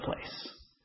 place